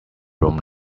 room